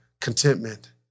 contentment